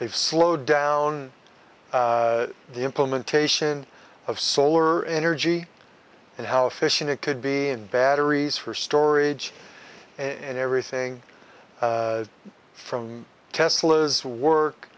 they've slowed down the implementation of solar energy and how efficient it could be in batteries for storage and everything from